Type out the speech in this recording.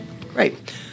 Great